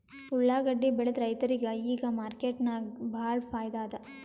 ಉಳ್ಳಾಗಡ್ಡಿ ಬೆಳದ ರೈತರಿಗ ಈಗ ಮಾರ್ಕೆಟ್ನಾಗ್ ಭಾಳ್ ಫೈದಾ ಅದಾ